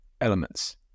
elements